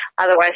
otherwise